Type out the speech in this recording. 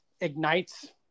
ignites